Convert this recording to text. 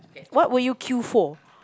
what will you queue for